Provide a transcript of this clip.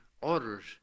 orders